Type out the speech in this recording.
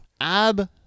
Ab-